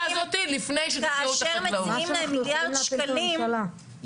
וכאשר מציעים להם מיליארד שקלים,